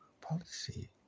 Policy